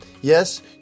Yes